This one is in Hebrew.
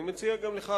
אני מציע גם לך,